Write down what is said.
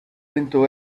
into